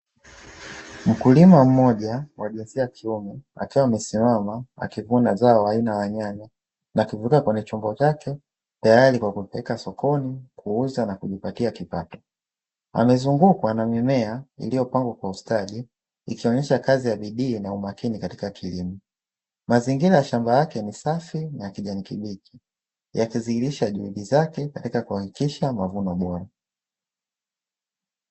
Mkulima mmoja wa jinsia ya kiume, akiwa amesimama akivuna zao aina ya nyanya na kuweka kwenye chombo chake, tayari kwa kuweka sokoni, kuuza na kujipatia kipato, amezungukwa na mimea iliyopangwa kwa ustadi, ikionyesha kazi ya bidii na umakini katika kilimo. Mazingira ya shamba lake ni safi nayakijani kibichi, yakidhihirisha juhudi zake katika kilimo bora.